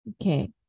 Okay